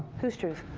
whose truth?